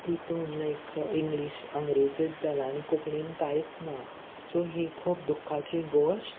इतून लायक इंग्लीश अंग्रेजींत जाला आनी कोंकणीन कांयच ना सो ही खूब दुख्खाची गोश्ट